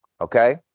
Okay